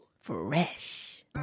Fresh